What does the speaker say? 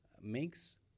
makes